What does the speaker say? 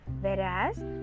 whereas